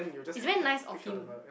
is very nice of him